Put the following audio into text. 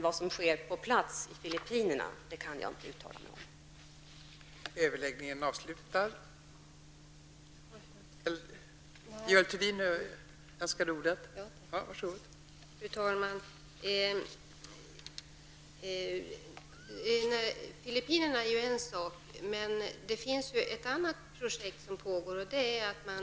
Vad som sker på plats i Filippinerna kan jag inte uttala mig om.